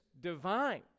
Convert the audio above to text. divine